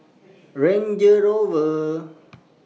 Range Rover